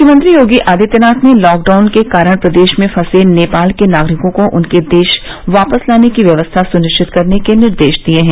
मुख्यमंत्री योगी आदित्यनाथ ने लॉकडाउन के कारण प्रदेश में फँसे नेपाल के नागरिकों को उनके देश वापस जाने की व्यवस्था सुनिश्चित करने के निर्देश दिए हैं